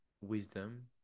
wisdom